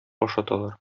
ашаталар